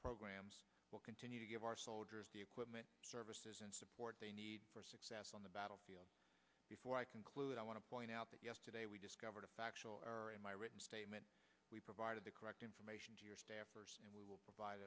programs will continue to give our soldiers the equipment services and support they need for success on the battlefield before i conclude i want to point out that yesterday we discovered a factual error in my written statement we provided the correct information to your staff and we will provide